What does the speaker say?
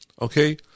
okay